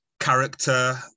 character